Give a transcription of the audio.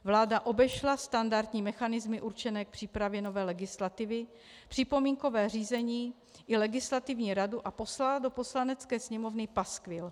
Vláda obešla standardní mechanismy určené k přípravě nové legislativy, připomínkové řízení i legislativní radu a poslala do Poslanecké sněmovny paskvil.